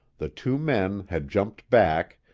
the two men had jumped back,